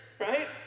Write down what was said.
right